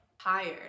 tired